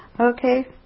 Okay